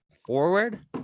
Forward